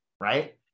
right